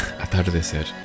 atardecer